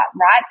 right